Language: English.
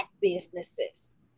businesses